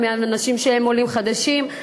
ואנשים שהם עולים חדשים,